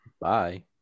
Bye